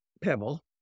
Pebble